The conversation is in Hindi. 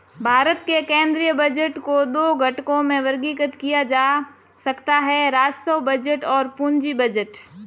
भारत के केंद्रीय बजट को दो घटकों में वर्गीकृत किया जा सकता है राजस्व बजट और पूंजी बजट